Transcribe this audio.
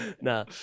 No